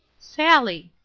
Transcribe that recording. sally!